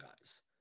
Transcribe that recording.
guys